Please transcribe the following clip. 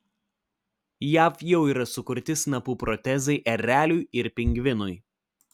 jav jau yra sukurti snapų protezai ereliui ir pingvinui